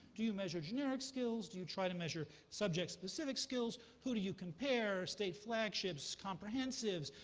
do you measure generic skills? do you try to measure subject-specific skills? who do you compare? state flagships, comprehensive,